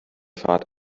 fahrt